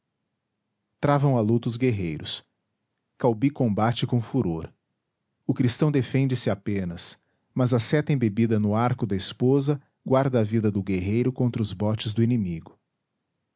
travam a luta os guerreiros caubi combate com furor o cristão defende se apenas mas a seta embebida no arco da esposa guarda a vida do guerreiro contra os botes do inimigo